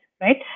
Right